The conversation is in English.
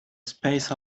space